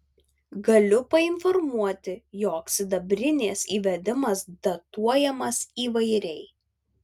galiu painformuoti jog sidabrinės įvedimas datuojamas įvairiai